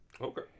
Okay